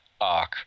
arc